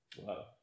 Wow